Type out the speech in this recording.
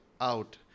out